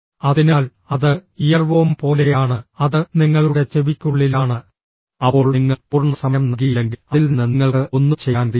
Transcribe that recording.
അതിനാൽ അത് ഇയർവോം പോലെയാണ് അത് നിങ്ങളുടെ ചെവിയ്ക്കുള്ളിലാണ് അപ്പോൾ നിങ്ങൾ പൂർണ്ണ സമയം നൽകിയില്ലെങ്കിൽ അതിൽ നിന്ന് നിങ്ങൾക്ക് ഒന്നും ചെയ്യാൻ കഴിയില്ല